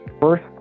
first